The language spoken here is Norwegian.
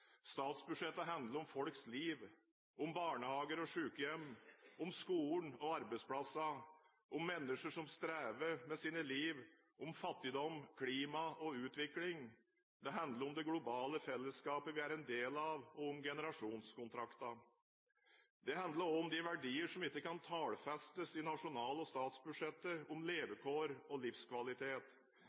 Statsbudsjettet handler om folks liv – om barnehager og sykehjem, om skolen og arbeidsplassene, om mennesker som strever med sine liv, om fattigdom, klima og utvikling. Det handler om det globale fellesskapet vi er en del av, og om generasjonskontrakten. Det handler også om de verdier som ikke kan tallfestes i nasjonal- og statsbudsjettet, om levekår og livskvalitet.